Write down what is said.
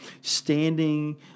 standing